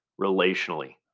relationally